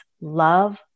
love